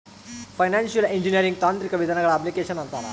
financial engineering ತಾಂತ್ರಿಕ ವಿಧಾನಗಳ application ಅಂತಾರ